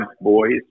boys